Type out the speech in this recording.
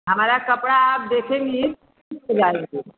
हमारा कपड़ा आप देखेंगी तो जानेंगी